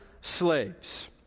slaves